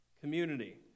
Community